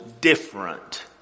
different